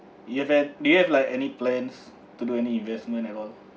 you've had do you have like any plans to do any investment at all